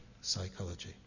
psychology